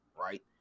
right